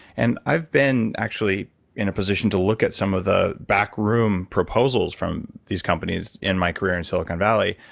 and i've been actually in a position to look at some of the backroom proposals from these companies in my career in silicon valley.